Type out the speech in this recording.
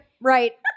Right